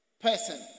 person